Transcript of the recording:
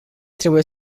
trebuie